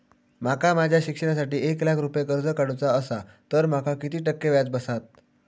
माका माझ्या शिक्षणासाठी एक लाख रुपये कर्ज काढू चा असा तर माका किती टक्के व्याज बसात?